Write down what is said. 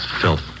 Filth